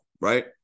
right